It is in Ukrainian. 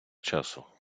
часу